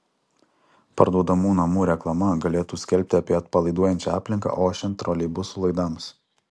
parduodamų namų reklama galėtų skelbti apie atpalaiduojančią aplinką ošiant troleibusų laidams